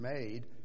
made